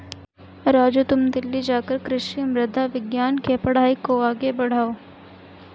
राजू तुम दिल्ली जाकर कृषि मृदा विज्ञान के पढ़ाई को आगे बढ़ाओ